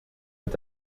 het